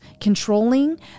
controlling